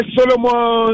Solomon